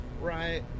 Right